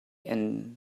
and